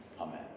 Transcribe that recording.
Amen